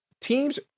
teams